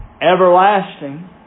everlasting